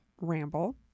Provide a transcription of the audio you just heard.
ramble